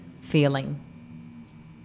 feeling